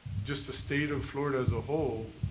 just the state of florida as a whole,